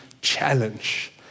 challenge